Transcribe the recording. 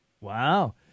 Wow